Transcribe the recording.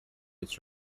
its